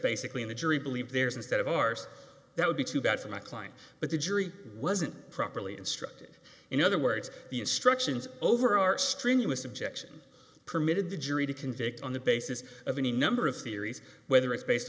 basically in the jury believe there's instead of ours that would be too bad for my client but the jury wasn't properly instructed in other words the instructions over our strenuous objection permitted the jury to convict on the basis of any number of theories whether it's based